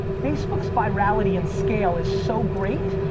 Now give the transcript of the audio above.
facebook's virality and scale is so great,